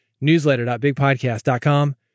newsletter.bigpodcast.com